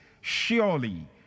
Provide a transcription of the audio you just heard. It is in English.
Surely